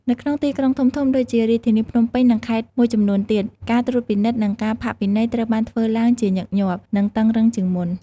នៅក្នុងទីក្រុងធំៗដូចជារាជធានីភ្នំពេញ និងខេត្តមួយចំនួនទៀត ការត្រួតពិនិត្យ និងការផាកពិន័យត្រូវបានធ្វើឡើងជាញឹកញាប់ និងតឹងរ៉ឹងជាងមុន។